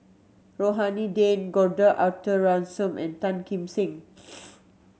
Rohani Din Gordon Arthur Ransome and Tan Kim Seng